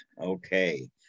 okay